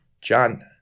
John